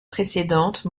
précédentes